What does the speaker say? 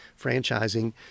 franchising